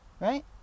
right